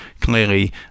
Clearly